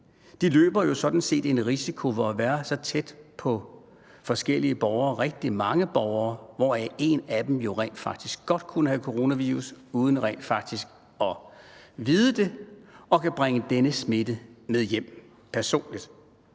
løber en risiko ved at være så tæt på forskellige borgere, rigtig mange borgere, hvor en af dem jo rent faktisk godt kunne have coronavirus uden at vide det og personligt kan bringe denne smitte med hjem. Det